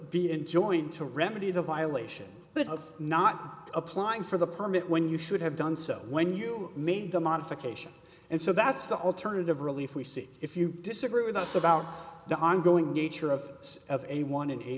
be enjoined to remedy the violation but of not applying for the permit when you should have done so when you made the modification and so that's the alternative really if we see if you disagree with us about the ongoing nature of a one and a